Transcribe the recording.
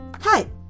hi